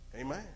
Amen